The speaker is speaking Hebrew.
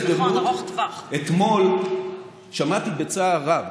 אתמול שמעתי בצער רב